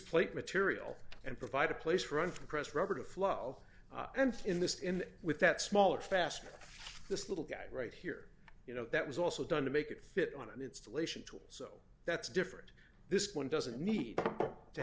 plate material and provide a place for on for press record to flow and in this in with that smaller faster this little guy right here you know that was also done to make it fit on an installation tools so that's different this one doesn't need to